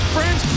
Friends